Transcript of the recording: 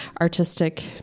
artistic